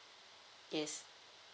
yes